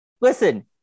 Listen